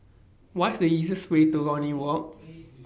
What IS The easiest Way to Lornie Walk